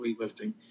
weightlifting